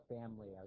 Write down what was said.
family